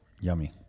Yummy